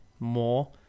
more